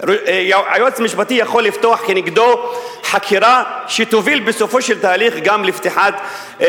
היועץ המשפטי יכול לפתוח נגדו חקירה שתוביל בסופו של תהליך גם להאשמתו,